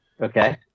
Okay